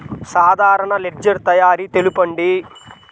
సాధారణ లెడ్జెర్ తయారి తెలుపండి?